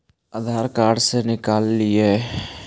आधार card से निकाल हिऐ?